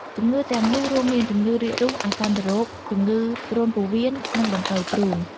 ជំងឺទាំងនោះរួមមាន ជំងឺរាគរូស អាសន្នរោគ ជំងឺគ្រុនពោះវៀន និងដង្កូវព្រូន។